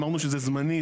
אמרנו שזה זמני,